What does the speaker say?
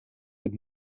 het